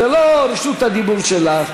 זו לא רשות הדיבור שלך.